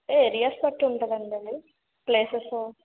areas బట్టి ఉండదండీ అది ప్లేసెస్